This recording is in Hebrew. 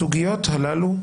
הסוגיות הללו,